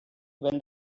when